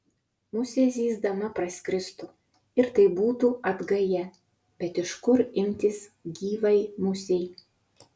musė zyzdama praskristų ir tai būtų atgaja bet iš kur imtis gyvai musei